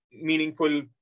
meaningful